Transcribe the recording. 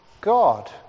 God